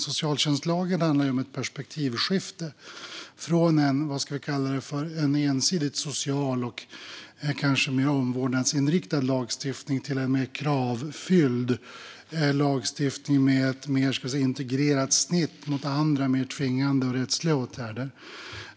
Socialtjänstlagen handlar om ett perspektivskifte från en ensidigt social och kanske mer omvårdnadsinriktad lagstiftning till en mer kravfylld lagstiftning med ett mer integrerat snitt mot andra, mer tvingande och rättsliga åtgärder.